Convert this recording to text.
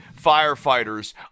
firefighters